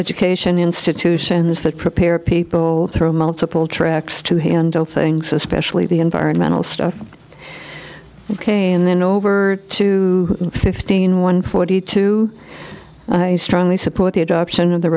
education institutions that prepare people throw multiple tracks to handle things especially the environmental stuff ok and then over two fifteen one forty two i strongly support the adoption of the